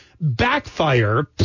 backfire